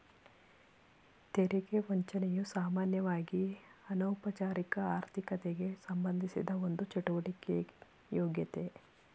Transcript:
ತೆರಿಗೆ ವಂಚನೆಯು ಸಾಮಾನ್ಯವಾಗಿಅನೌಪಚಾರಿಕ ಆರ್ಥಿಕತೆಗೆಸಂಬಂಧಿಸಿದ ಒಂದು ಚಟುವಟಿಕೆ ಯಾಗ್ಯತೆ